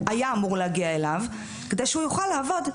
היה אמור להגיע אליו, כדי שהוא יוכל לעבוד.